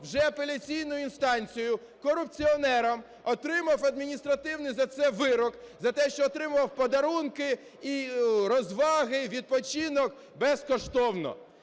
вже апеляційною інстанцією, корупціонером, отримав адміністративний за це вирок, за те, що отримував подарунки і розваги, відпочинок безкоштовно.